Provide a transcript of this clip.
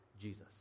Jesus